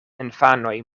infanoj